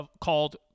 called